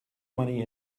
money